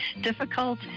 Difficult